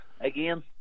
again